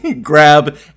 grab